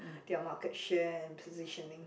their market share and positioning